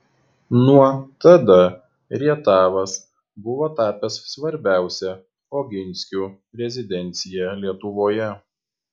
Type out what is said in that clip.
nuo tada rietavas buvo tapęs svarbiausia oginskių rezidencija lietuvoje